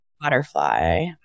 butterfly